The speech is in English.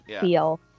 feel